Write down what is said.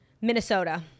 Minnesota